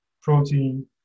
protein